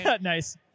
Nice